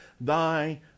thy